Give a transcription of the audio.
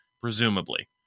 presumably